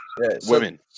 Women